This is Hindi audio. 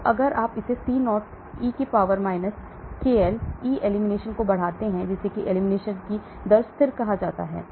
तो अगर आप इसे C0 e power KL K elimination को बढ़ाते हैं जिसे एलिमिनेशन की दर स्थिर कहा जाता है